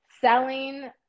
selling